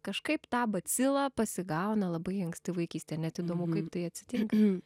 kažkaip tą bacilą pasigauna labai anksti vaikystėj net įdomu kaip tai atsitinka